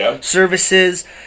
services